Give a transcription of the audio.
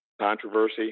controversy